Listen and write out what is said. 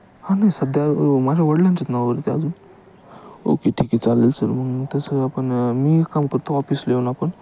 हा नाही सध्या माझ्या वडिलांच्याच नावावरती अजून ओके ठीक आहे चालेल सर मग तसं आपण मी एक काम करतो ऑफिसला येऊन आपण